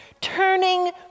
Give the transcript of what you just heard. turning